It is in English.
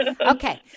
Okay